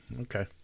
okay